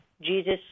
Jesus